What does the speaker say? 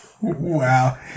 Wow